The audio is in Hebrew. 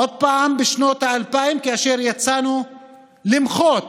עוד פעם בשנות האלפיים, כאשר יצאנו למחות